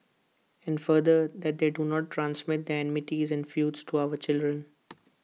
and further that they do not transmit their enmities and feuds to our children